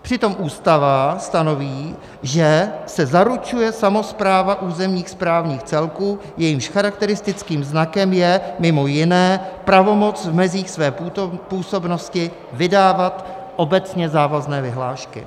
Přitom Ústava stanoví, že se zaručuje samospráva územních správních celků, jejichž charakteristickým znakem je mimo jiné pravomoc v mezích své působnosti vydávat obecně závazné vyhlášky.